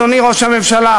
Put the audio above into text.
אדוני ראש הממשלה,